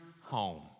home